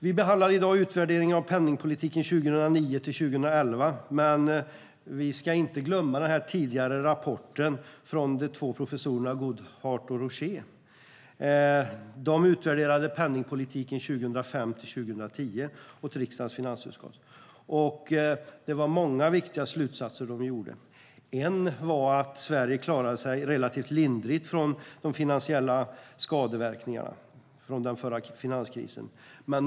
Vi behandlar i dag utvärderingen av penningpolitiken 2009-2011, men vi ska inte glömma den tidigare rapporten från de två professorerna Goodhart och Rochet. De utvärderade penningpolitiken 2005-2010 åt riksdagens finansutskott, och de drog många viktiga slutsatser. En var att Sverige klarade sig relativt lindrigt från finansiella skadeverkningar från den förra finanskrisen.